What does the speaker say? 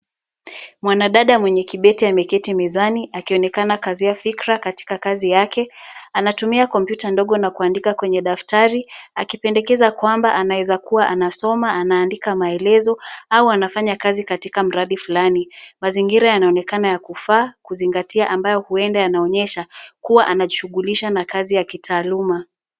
Mwanadada mwenye kibeti ameketi mezani akionekana kukazia fikra katika kazi yake . Anatumia kompyuta ndogo na kuandika kwenye daftari, akipendekeza kwamba anaweza kuwa anasoma , anaandika maelezo au anafanya kazi katika mradi flani. Mazingira yanaonekana ya kufaa, kuzingatia ambayo huenda yanaonesha kuwa anajishugulisha na kazi ya kitaaluma.